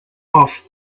off